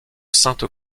sainte